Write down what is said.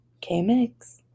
K-Mix